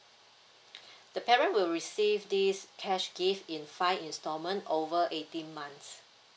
the parent will receive this cash gift in five instalment over eighteen months